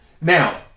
Now